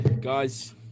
Guys